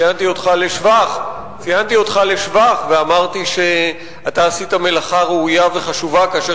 ציינתי אותך לשבח ואמרתי שעשית מלאכה ראויה וחשובה כאשר